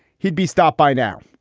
he'd be stopped by now.